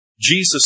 Jesus